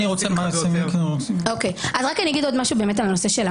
אני מבקש --- אני רק אגיד עוד משהו בעניין המס.